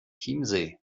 chiemsee